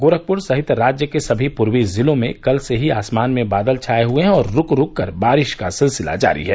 गोरखपुर सहित राज्य के सभी पूर्वी जिलों में कल से ही आसमान में बादल छाए हुए हैं और रुक रुक कर बारिश का सिलसिला जारी है